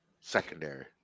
secondary